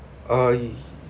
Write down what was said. uh ye~